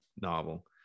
novel